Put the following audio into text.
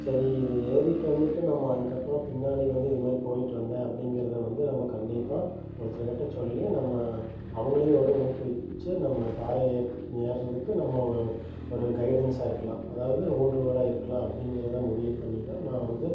சரி இது ஏறிவிட்டு வந்துவிட்டு நம்ம அதுக்கப்புறம் பின்னாடி வந்து இது மாதிரி போய்விட்டு வந்தேன் அப்படிங்கிறத வந்து நம்ம கண்டிப்பாக ஒருத்தருக்கிட்டே சொல்லி நம்ம அவங்களையும் ஒரு ஊக்குவிச்சி நம்ம பாறை ஏற் ஏறுகிறதுக்கு நம்ம ஓ ஒரு கைடன்ஸாக இருக்கலாம் அதாவது ஊன்றுகோலாக இருக்கலாம் அப்படிங்கிறத முடிவு பண்ணி தான் நான் வந்து